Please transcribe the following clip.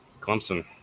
Clemson